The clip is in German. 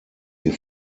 wir